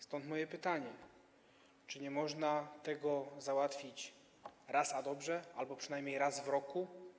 Stąd moje pytanie: Czy nie można tego załatwić raz a dobrze albo przynajmniej raz w roku?